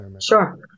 Sure